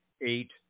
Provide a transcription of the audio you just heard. eight